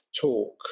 talk